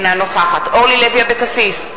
אינה נוכחת אורלי לוי אבקסיס,